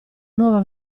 nuova